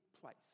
place